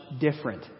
different